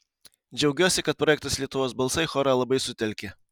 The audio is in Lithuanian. džiaugiuosi kad projektas lietuvos balsai chorą labai sutelkė